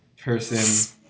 person